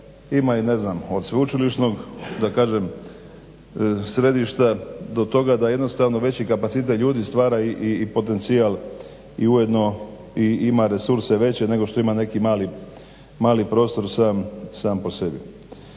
imaju od sveučilišnog središta do toga da jednostavno veći kapacitet ljudi stvara i potencijal i ujedno ima resurse veće nego što ima neki mali prostor sam po sebi.